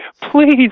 please